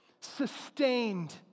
sustained